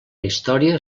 història